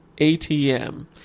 ATM